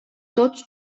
tots